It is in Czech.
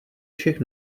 všech